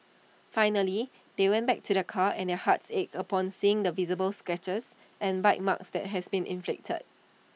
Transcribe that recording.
finally they went back to their car and their hearts ached upon seeing the visible scratches and bite marks that had been inflicted